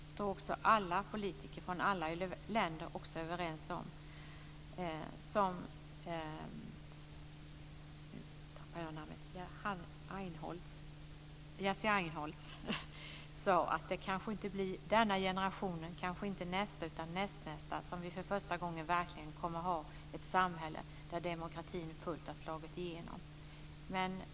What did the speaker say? Jag tror också alla politiker från alla länder är överens om det som Jerzy Einhorn sade. Det kanske inte blir i denna generation och kanske inte i nästa utan i nästnästa som vi för första gången verkligen kommer att ha ett samhälle där demokratin fullt har slagit igenom.